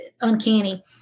uncanny